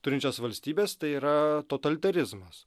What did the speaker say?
turinčios valstybės tai yra totalitarizmas